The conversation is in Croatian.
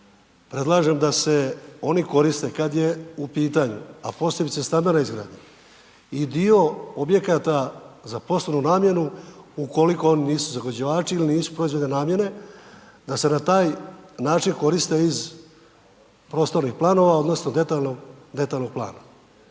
predlažem da se oni koriste kad je u pitanju, a posebice stambena izgradnja, i dio objekata za poslovnu namjenu ukoliko oni nisu zagađivači ili nisu .../Govornik se ne razumije./... namjene da se na taj način koriste iz prostornih planova odnosno detaljnog plana,